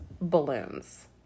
balloons